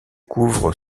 couvre